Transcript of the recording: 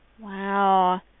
Wow